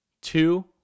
two